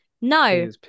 No